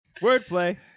Wordplay